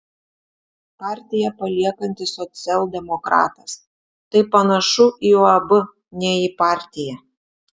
partiją paliekantis socialdemokratas tai panašu į uab ne į partiją